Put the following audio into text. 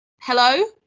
Hello